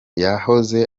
yahoze